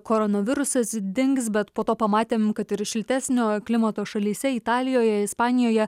koronavirusas dings bet po to pamatėm kad ir šiltesnio klimato šalyse italijoje ispanijoje